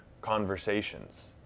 conversations